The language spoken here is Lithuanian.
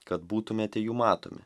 kad būtumėte jų matomi